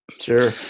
Sure